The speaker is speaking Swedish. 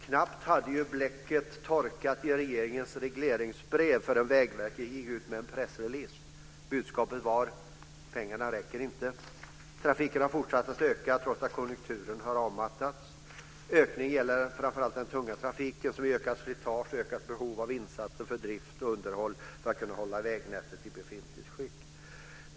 Knappt hade bläcket torkat i regeringens regleringsbrev förrän Vägverket gick ut med en pressrelease där budskapet var: Pengarna räcker inte. Trafiken har fortsatt att öka trots att konjunkturen har avmattats. Ökningen gäller framför allt den tunga trafiken, vilket ger ökat slitage och ökat behov av insatser för drift och underhåll för att kunna hålla vägnätet i befintligt skick.